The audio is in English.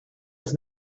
was